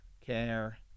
care